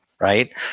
right